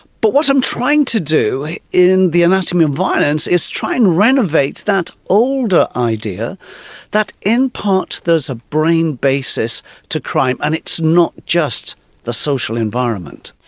but what i'm trying to do in the anatomy of violence is try and renovate that older idea that in part there's a brain basis to crime and it's not just the social environment.